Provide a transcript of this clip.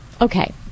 okay